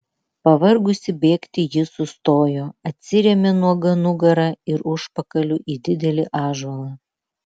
pavargusi bėgti ji sustojo atsirėmė nuoga nugara ir užpakaliu į didelį ąžuolą